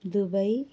Dubai